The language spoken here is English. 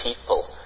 people